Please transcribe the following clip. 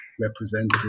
represented